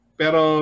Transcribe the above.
pero